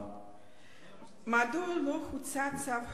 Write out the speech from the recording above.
1. מדוע לא הוצא צו הרחבה?